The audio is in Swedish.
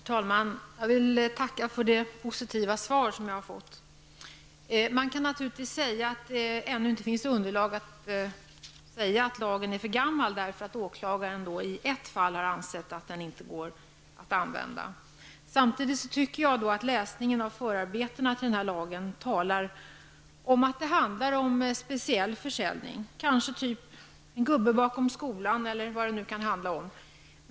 Herr talman! Jag vill tacka för det positiva svar jag har fått. Man kan naturligtvis hävda att det nu, när åklagaren i ett fall har ansett att lagen inte går att använda, ännu inte finns underlag för att säga att lagen är för gammal. Samtidigt menar jag att det av förarbetena till lagen framgår att det rör sig om speciell försäljning, exempelvis att en gubbe bedriver försäljning bakom en skola.